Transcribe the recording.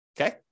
Okay